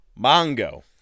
Mongo